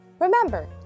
remember